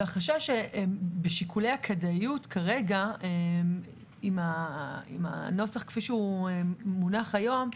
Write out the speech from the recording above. החשש בשיקולי הכדאיות כרגע עם הנוסח כפי שהוא מונח היום,